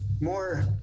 more